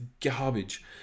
garbage